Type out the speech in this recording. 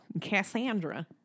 Cassandra